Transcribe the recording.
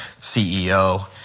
CEO